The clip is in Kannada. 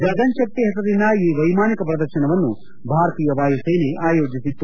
ಗಗನ್ ಶಕ್ತ್ ಹೆಸರಿನ ಈ ವೈಮಾನಿಕ ಪ್ರದರ್ಶನವನ್ನು ಭಾರತೀಯ ವಾಯುಸೇನೆ ಆಯೋಜಿಸಿತ್ತು